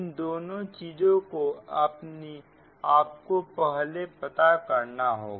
इन दोनों चीजों को आपको पहले पता करना है